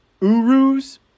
Urus